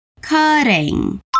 cutting